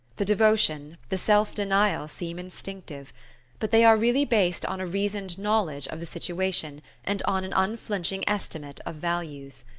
the devotion, the self-denial, seem instinctive but they are really based on a reasoned knowledge of the situation and on an unflinching estimate of values.